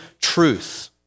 truth